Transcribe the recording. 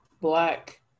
black